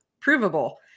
provable